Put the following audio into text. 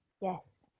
Yes